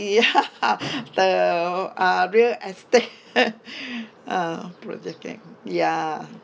ya the uh real estate uh property ya